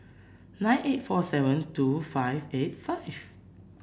nine eight four seven two five eight five